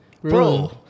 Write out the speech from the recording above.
bro